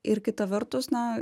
ir kita vertus na